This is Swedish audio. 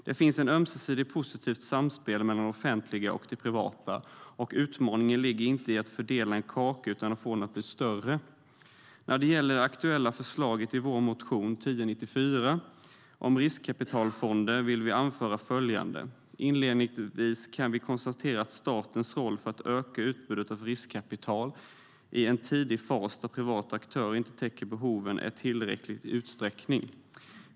Det finns ett ömsesidigt positivt samspel mellan det offentliga och det privata, och utmaningen ligger inte i att fördela en kaka utan i att få den att bli större. Inledningsvis kan vi konstatera att statens roll är att öka utbudet av riskkapital i en tidig fas där privata aktörer inte täcker behoven i tillräcklig utsträckning.